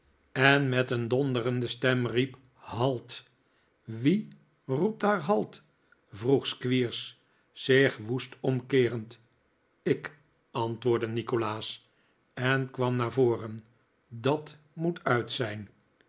ieder scheldwoord een kiap geriep halt wie roept daar halt vroeg squeers zich woest omkeerend ik antwoordde nikolaas en kwam naar voren dat moet uit zijn